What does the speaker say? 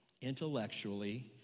intellectually